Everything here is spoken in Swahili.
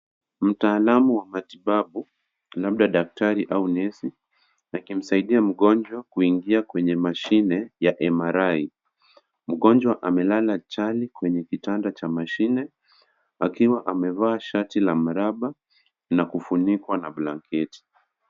Mtaalamu wa matibabu labda daktari au nesi, akimsaidia mgonjwa kuingia kwenye mashine ya MRI mgonjwa amelala chali kwenye kitanda cha mashine akiwa amevaa shati la mraba na kufunikwa na blanketi.